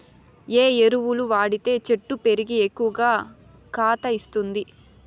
ఏ ఎరువులు వాడితే చెట్టు పెరిగి ఎక్కువగా కాత ఇస్తుంది?